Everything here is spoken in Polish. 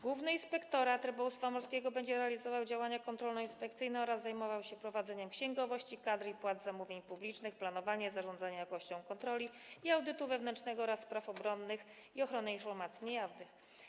Główny inspektorat rybołówstwa morskiego będzie realizował działania kontrolno-inspekcyjne oraz zajmował się prowadzeniem: księgowości, kadr i płac zamówień publicznych, planowania i zarządzania jakością kontroli, audytu wewnętrznego oraz spraw obronnych i ochrony informacji niejawnych.